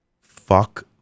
Fuck